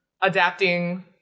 adapting